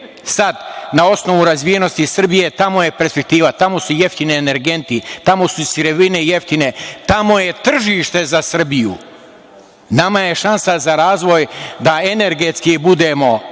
ali u Rusiji je sad perspektiva, tamo su jeftini energenti, tamo su sirovine jeftine, tamo je tržište za Srbiju. Nama je šansa za razvoj da energetski budemo